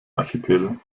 archipel